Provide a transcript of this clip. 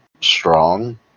strong